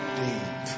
deep